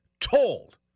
told